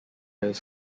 his